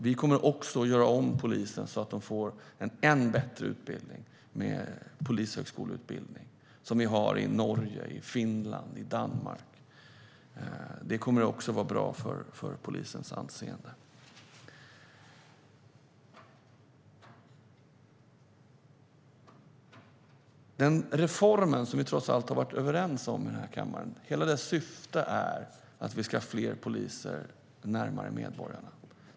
Vi kommer också att göra om polisen så att de får en ännu bättre utbildning, med polishögskoleutbildning, som de har i Norge, Finland och Danmark. Detta kommer också att vara bra för polisens anseende. Hela syftet med den reform som vi trots allt har varit överens om i den här kammaren är att vi ska ha fler poliser närmare medborgarna.